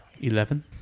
Eleven